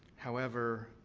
however,